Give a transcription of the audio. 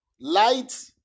light